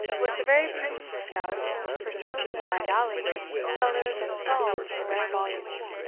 was the very prince of scouts for searching blind alleys, cellars, and stalls for rare volumes.